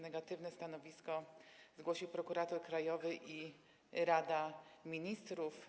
Negatywne stanowisko zgłosił prokurator krajowy i Rada Ministrów.